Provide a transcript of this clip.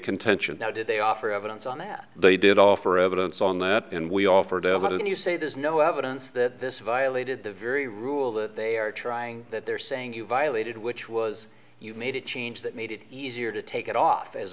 contention now did they offer evidence on that they did offer evidence on that and we offered evidence you say there's no evidence that this violated the very rule that they are trying that they're saying you violated which was you made a change that made it easier to take it off as